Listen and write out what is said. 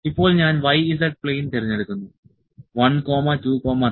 ഇപ്പോൾ ഞാൻ y z plane തിരഞ്ഞെടുക്കുന്നു 1 2 3